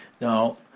Now